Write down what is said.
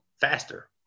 faster